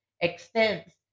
extends